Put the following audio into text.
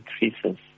increases